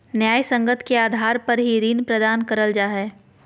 न्यायसंगत के आधार पर ही ऋण प्रदान करल जा हय